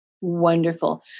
Wonderful